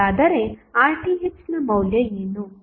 ಹಾಗಾದರೆ RThನ ಮೌಲ್ಯ ಏನು